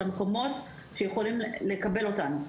למקומות שיכולים לקבל אותם,